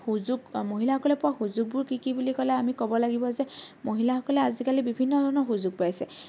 সুযোগ মহিলাসকলে পোৱা সুযোগবোৰ কি কি বুলি ক'লে আমি কব লাগিব যে মহিলাসকলে আজিকালি বিভিন্ন ধৰণৰ সুযোগ পাইছে